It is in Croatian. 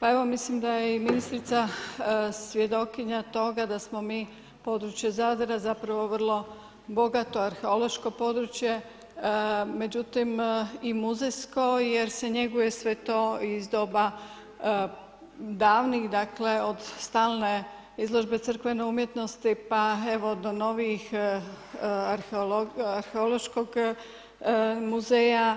Pa evo mislim da je i ministrica svjedokinja toga da smo mi područje Zadra zapravo vrlo bogato arheološko područje, međutim i muzejsko jer se njeguje sve to iz doba davnih, dakle iz stalne izložbe crkvene umjetnosti pa evo do novijih Arheološkog muzeja,